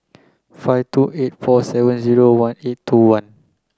five two eight four seven zero one eight two one